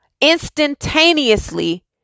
Instantaneously